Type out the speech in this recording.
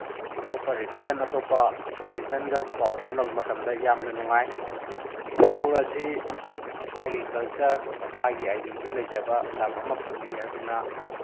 ꯑꯇꯣꯞꯄ ꯔꯤꯂꯤꯖꯟ ꯑꯇꯣꯞꯄ ꯔꯤꯂꯤꯖꯟꯒ ꯄꯥꯎ ꯐꯥꯎꯅꯕ ꯃꯇꯝꯗ ꯌꯥꯝꯅ ꯅꯨꯡꯉꯥꯏ ꯃꯅꯤꯄꯨꯔ ꯑꯁꯤ ꯃꯁꯥꯒꯤ ꯀꯜꯆꯔ ꯃꯁꯥꯒꯤ ꯑꯥꯏꯗꯦꯟꯇꯤꯇꯤ ꯂꯩꯖꯕ ꯂꯝ ꯑꯃꯈꯛꯅꯤ ꯑꯗꯨꯅ